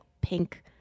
pink